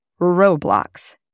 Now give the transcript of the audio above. Roblox